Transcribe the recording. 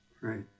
Right